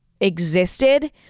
existed